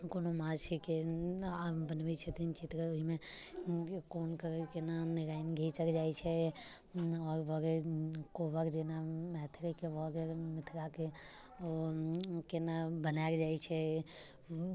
कोनो माछेके आ बनबैत छथिन चित्र कऽ ओहिमे कोन कलरके नाम घिचल जाइत छै आओर भऽ गेल कोबर जेना मैथिलीके भऽ गेल मिथिलाके ओ केना बनायल जाइत छै